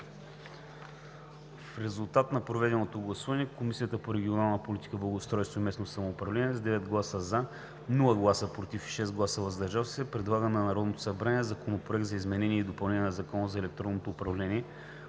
В резултат на проведеното гласуване Комисията по регионална политика, благоустройство и местно самоуправление с 9 гласа „за“, без гласове „против“ и 6 гласа „въздържал се“ предлага на Народното събрание Законопроект за изменение и допълнение на Закона за електронното управление,